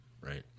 right